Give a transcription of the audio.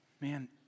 Man